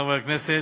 חברי חברי הכנסת,